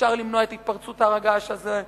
אפשר למנוע את התפרצות הר הגעש הזה,